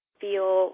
feel